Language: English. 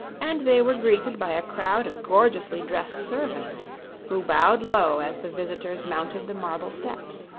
and they were greeted by a crowd of gorgeously dressed servants who bowed low as the visitors mounted the marble steps.